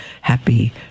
happy